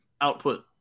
output